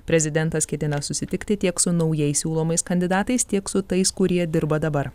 prezidentas ketina susitikti tiek su naujais siūlomais kandidatais tiek su tais kurie dirba dabar